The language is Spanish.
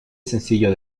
sencillo